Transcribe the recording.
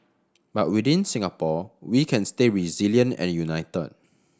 but within Singapore we can stay resilient and united